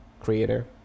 Creator